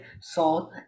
salt